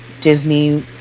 Disney